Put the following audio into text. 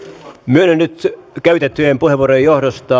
myönnän nyt käytettyjen puheenvuorojen johdosta